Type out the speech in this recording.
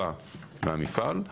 טובה מהמפעל,